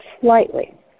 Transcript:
slightly